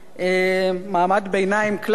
מעמד ביניים קלאסי,